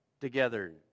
together